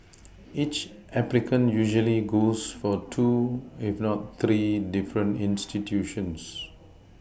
each applicant usually goes for two if not three different institutions